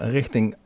richting